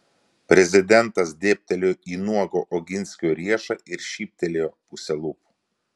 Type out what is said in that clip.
prezidentas dėbtelėjo į nuogą oginskio riešą ir šyptelėjo puse lūpų